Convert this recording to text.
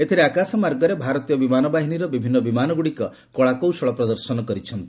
ଏଥିରେ ଆକାଶମାର୍ଗରେ ଭାରତୀୟ ବିମାନ ବାହିନୀର ବିଭିନ୍ନ ବିମାନଗୁଡ଼ିକ କଳାକୌଶଳ ପ୍ରଦର୍ଶନ କରିଛନ୍ତି